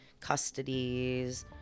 custodies